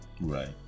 right